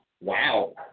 wow